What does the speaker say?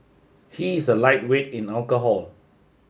he is a lightweight in alcohol